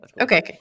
Okay